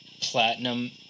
Platinum